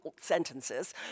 sentences